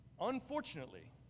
Unfortunately